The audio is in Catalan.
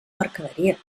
mercaderies